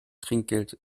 trinkgeld